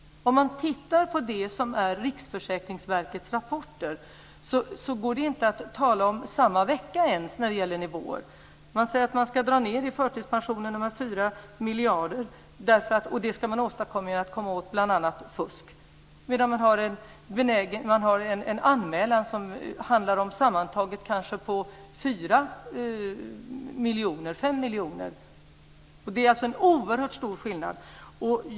Om man tittar på vad som sägs om detta i Riksförsäkringsverkets rapporter går det inte att tala om nivåerna ens på samma vecka. Man säger sig vilja dra ned i förtidspensionerna med 4 miljarder, och det ska man åstadkomma bl.a. genom att komma åt fusk. Samtidigt finns det en anmälan som handlar om sammantaget kanske 4-5 miljoner. Det är alltså en oerhört stor skillnad.